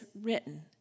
written